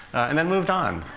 and then moved on.